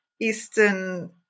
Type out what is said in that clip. Eastern